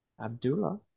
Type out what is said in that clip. Abdullah